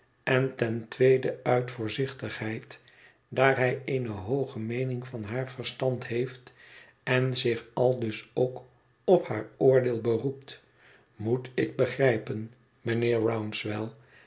en ten tweede uit voorzichtigheid daar hij eene hooge meening van haar verstand heeft en zich aldus ook op haar oordeel beroept moet ik begrijpen mijnheer rouncewell